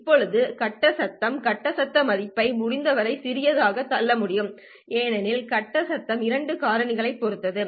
இப்போது கட்ட சத்தம் கட்ட சத்தம் மதிப்பை முடிந்தவரை சிறியதாக தள்ள முடியாது ஏனெனில் கட்ட சத்தம் இரண்டு காரணிகளைப் பொறுத்தது